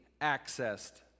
accessed